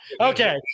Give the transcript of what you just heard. Okay